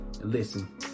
Listen